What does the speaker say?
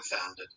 founded